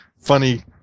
funny